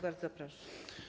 Bardzo proszę.